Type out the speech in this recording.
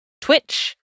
twitch